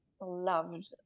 loved